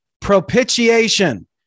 Propitiation